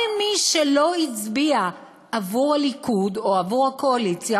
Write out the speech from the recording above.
כל מי שלא הצביע עבור הליכוד או עבור הקואליציה,